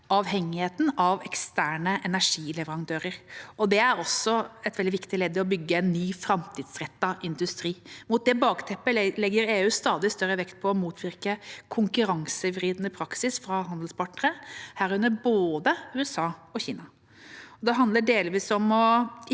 avhengigheten av eksterne energileverandører. Det er også et veldig viktig ledd i å bygge en ny framtidsrettet industri. Mot dette bakteppet legger EU stadig større vekt på å motvirke konkurransevridende praksis fra handelspartnere, herunder både USA og Kina. Det handler delvis om ikke